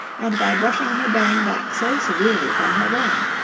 and by brushing her bang back so severely from her brow.